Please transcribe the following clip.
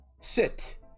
sit